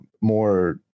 more